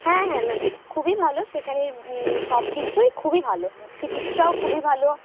হ্যাঁ হ্যাঁ ম্যাম খুবই ভালো সেখানে সব কিছুই খুবই ভালো চিকিৎসাও খুবই ভালো